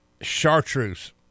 chartreuse